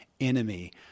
enemy